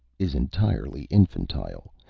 is entirely infantile.